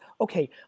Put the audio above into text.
Okay